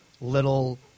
little